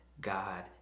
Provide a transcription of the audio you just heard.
God